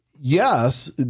Yes